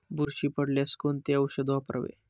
बुरशी पडल्यास कोणते औषध वापरावे?